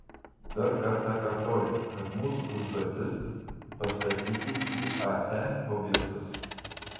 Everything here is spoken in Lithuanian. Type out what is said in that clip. dar kartą kartoju kad mūsų užduotis pastatyti iae objektus